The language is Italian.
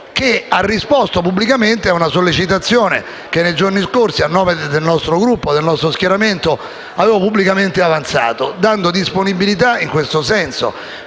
aver risposto pubblicamente a una sollecitazione che, nei giorni scorsi, a nome del nostro schieramento, avevo pubblicamente avanzato, dando disponibilità in tal senso.